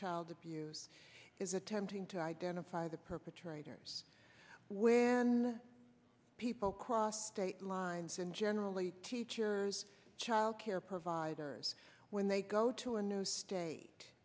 child abuse is attempting to identify the perpetrators where people cross state lines and generally teachers child care providers when they go to a new state